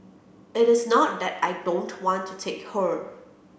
it is not that I don't want to take her